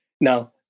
Now